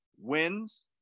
wins